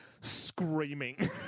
screaming